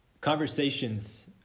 Conversations